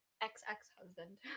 ex-ex-husband